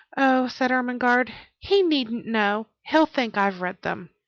oh, said ermengarde, he needn't know he'll think i've read them.